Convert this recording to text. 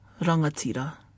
rangatira